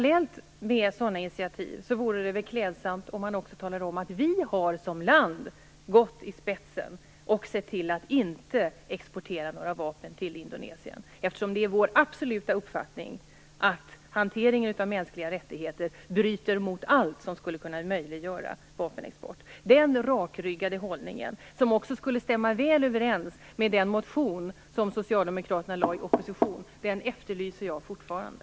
Det vore också klädsamt om man parallellt med sådana initiativ talade om att vårt land har gått i spetsen och sett till att inte exportera några vapen till Indonesien, eftersom det är vår absoluta uppfattning att hanteringen av mänskliga rättigheter bryter mot allt som skulle kunna möjliggöra vapenexport. Den rakryggade hållningen, som också skulle stämma väl överens med den motion som socialdemokraterna väckte i opposition, efterlyser jag fortfarande.